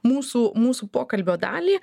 mūsų mūsų pokalbio dalį